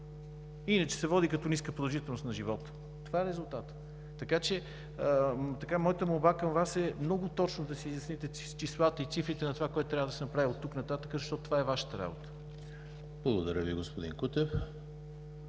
Иначе се води като ниска продължителност на живота. Това е резултатът. Моята молба към Вас е много точно да си изясните числата и цифрите на онова, което трябва да се направи оттук нататък, защото това е Вашата работа. ПРЕДСЕДАТЕЛ ЕМИЛ ХРИСТОВ: Благодаря Ви, господин Кутев.